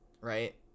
right